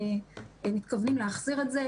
אנחנו מתכוונים להחזיר את זה.